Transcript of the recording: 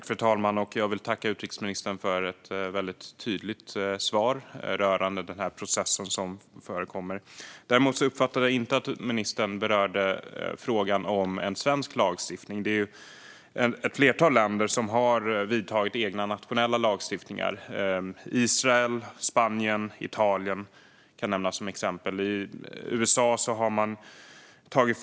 Fru talman! Jag tackar utrikesministern för ett tydligt svar rörande denna process. Jag uppfattade dock inte att ministern berörde frågan om en svensk lagstiftning. Ett flertal länder har infört nationella lagstiftningar, bland annat Israel, Spanien och Italien.